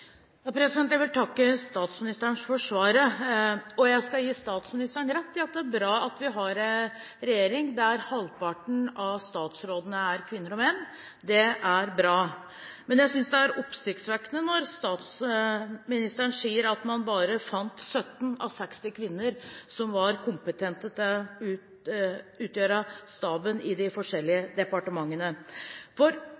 svaret. Jeg skal gi statsministeren rett i at det er bra at vi har en regjering der halvparten av statsrådene er kvinner og halvparten er menn; det er bra. Men jeg synes det er oppsiktsvekkende når statsministeren sier at man bare fant 17 kvinner av 60 som var kompetente til å utgjøre staben i de